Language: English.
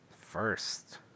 first